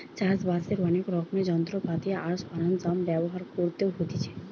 চাষ বাসের অনেক রকমের যন্ত্রপাতি আর সরঞ্জাম ব্যবহার করতে হতিছে